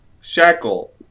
Shackle